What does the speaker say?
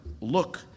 look